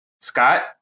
Scott